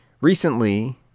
Recently